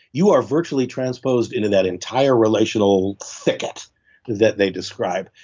you are virtually transposed into that entire relational thicket that they described.